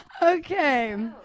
Okay